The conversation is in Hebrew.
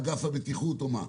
אגף הבטיחות או מה,